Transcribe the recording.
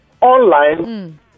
online